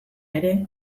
ere